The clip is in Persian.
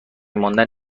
ماندن